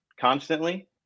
constantly